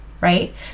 right